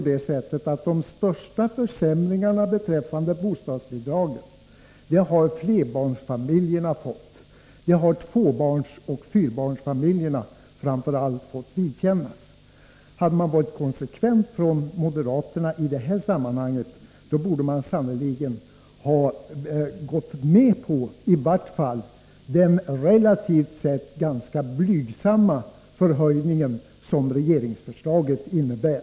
De stora försämringarna beträffande bostadsbidragen har nämligen flerbarnsfamiljerna fått. Det är framför allt tvåbarnsoch fyrbarnsfamiljerna som har fått vidkännas dem. Hade moderaterna varit konsekventa i detta sammanhang hade de gått med på i varje fall den relativt sett blygsamma höjning som regeringsförslaget innebär.